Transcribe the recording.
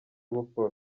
gukora